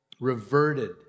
reverted